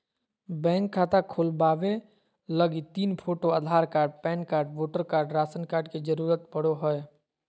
bank खाता खोलबावे लगी तीन photo, Aadhaar card, PAN card, voter card, ration card के जरूरत पड़ो हय